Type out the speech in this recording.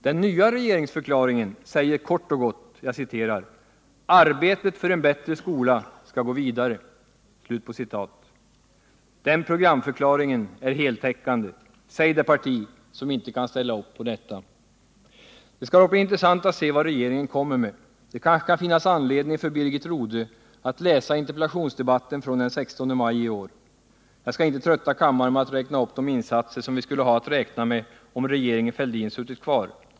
Den nya regeringsförklaringen säger kort och gott: ”Arbetet för en bättre skola skall gå vidare.” Den programförklaringen är heltäckande; säg det parti som inte kan ställa upp på detta! Det skall dock bli intressant att se vad regeringen kommer med. Det kanske kan finnas anledning för Birgit Rodhe att läsa interpellationsdebatten från den 16 maj i år. Jag skall inte trötta kammaren med att räkna upp de insatser som vi skulle ha haft att räkna med, om regeringen Fälldin suttit kvar.